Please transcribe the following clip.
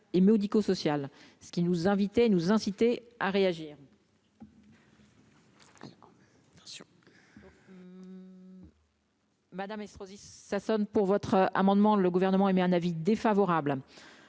et médico-social, ce qui nous inviter, nous inciter à réagir. Attention. Madame Estrosi Sassone pour votre amendement le Gouvernement émet un avis défavorable,